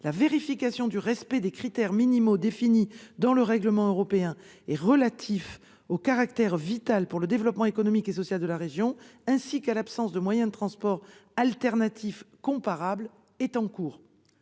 La vérification du respect des critères minimaux définis dans le règlement européen et relatifs au caractère vital pour le développement économique et social de la région ainsi qu'à l'absence de moyens de transport alternatifs comparables est en cours